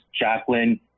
Jacqueline